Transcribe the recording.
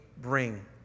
bring